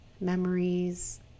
memories